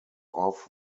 off